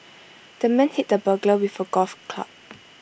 the man hit the burglar with A golf club